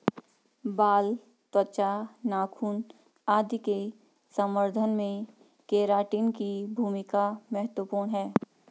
बाल, त्वचा, नाखून आदि के संवर्धन में केराटिन की भूमिका महत्त्वपूर्ण है